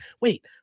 Wait